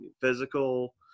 physical